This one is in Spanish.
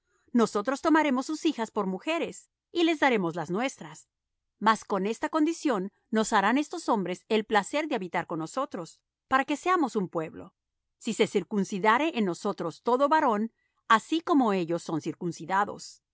nosotros tomaremos sus hijas por mujeres y les daremos las nuestras mas con esta condición nos harán estos hombres el placer de habitar con nosotros para que seamos un pueblo si se circuncidare en nosotros todo varón así como ellos son circuncidados sus